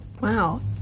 Wow